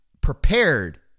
prepared